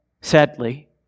sadly